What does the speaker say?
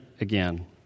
again